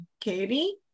Katie